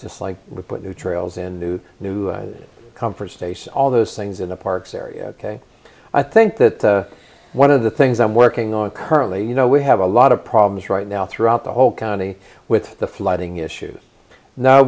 just like we put new trails in new new comfort stations all those things in the parks area i think that one of the things i'm working on currently you know we have a lot of problems right now throughout the whole county with the flooding issues now